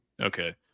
Okay